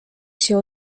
się